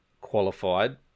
qualified